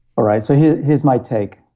all right, so here's here's my take,